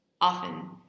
often